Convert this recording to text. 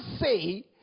say